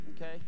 Okay